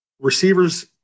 Receivers